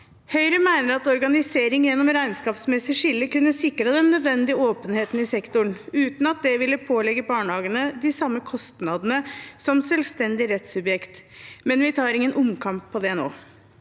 Høyre mener at organisering gjennom regnskapsmessig skille kunne sikret den nødvendige åpenheten i sektoren, uten at det ville pålegge barnehagene de samme kostnadene som selvstendig rettssubjekt, men vi tar ingen omkamp på det nå.